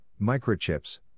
microchips